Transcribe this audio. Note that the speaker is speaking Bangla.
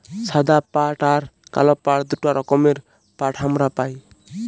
সাদা পাট আর কাল পাট দুটা রকমের পাট হামরা পাই